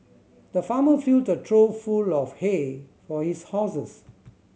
the farmer filled a trough full of hay for his horses